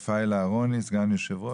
רפאל אהרוני, סגן יושב הראש?